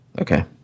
Okay